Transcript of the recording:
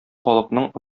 халыкның